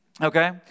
Okay